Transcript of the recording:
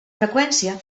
freqüència